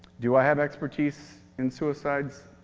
do i have expertise in suicides?